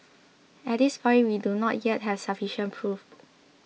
at this point we do not yet have sufficient proof